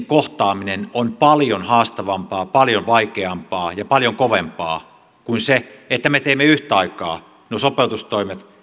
kohtaaminen on paljon haastavampaa paljon vaikeampaa ja paljon kovempaa kuin jos me teemme yhtä aikaa nuo sopeutustoimet